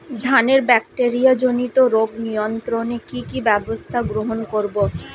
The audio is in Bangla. ধানের ব্যাকটেরিয়া জনিত রোগ নিয়ন্ত্রণে কি কি ব্যবস্থা গ্রহণ করব?